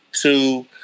two